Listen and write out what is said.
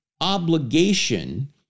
obligation